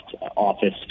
Office